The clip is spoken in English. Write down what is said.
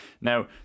Now